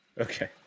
Okay